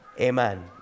Amen